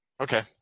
Okay